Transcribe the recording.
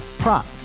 prop